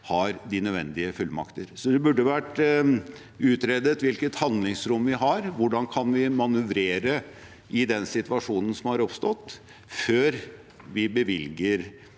har de nødvendige fullmakter. Det burde vært utredet hvilket handlingsrom vi har, og hvordan vi kan manøvrere i den situasjonen som har oppstått, før vi bevilger